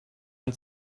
ein